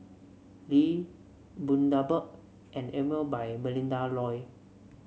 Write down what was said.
Lee Bundaberg and Emel by Melinda Looi